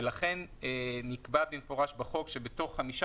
ולכן נקבע במפורש בחוק שבתוך חמישה